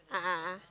a'ah a'ah